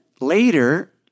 later